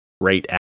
great